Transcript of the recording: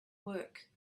work